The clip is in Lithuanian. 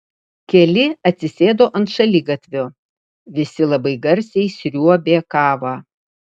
keli atsisėdo ant šaligatvio visi labai garsiai sriuobė kavą